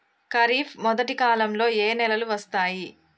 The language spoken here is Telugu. ఖరీఫ్ మొదటి కాలంలో ఏ నెలలు వస్తాయి?